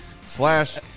slash